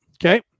okay